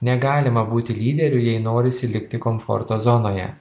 negalima būti lyderiu jei norisi likti komforto zonoje